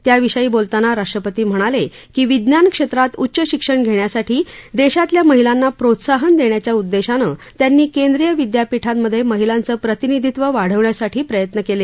त्याविषयी बोलताना राष्ट्रपती म्हणाले की विज्ञान क्षेत्रात उच्च शिक्षण घेण्यासाठी देशातल्या महिलांना प्रोत्साहन देण्याच्या उद्देशानं त्यांनी केंद्रीय विद्यापीठांमधे महिलांचं प्रतिनिधीत्व वाढवण्यासाठी प्रयत्न केले